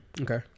Okay